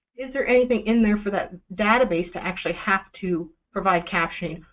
is there anything in there for that database to actually have to provide captioning,